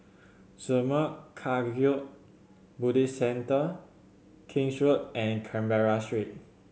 Zurmang Kagyud Buddhist Centre King's Road and Canberra Street